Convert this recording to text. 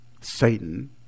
Satan